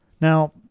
Now